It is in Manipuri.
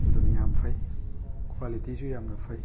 ꯑꯗꯨꯅ ꯌꯥꯝ ꯐꯩ ꯀ꯭ꯋꯥꯂꯤꯇꯤꯁꯨ ꯌꯥꯝꯅ ꯐꯩ